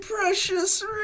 precious